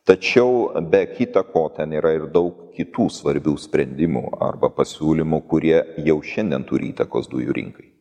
tačiau be kita ko ten yra ir daug kitų svarbių sprendimų arba pasiūlymų kurie jau šiandien turi įtakos dujų rinkai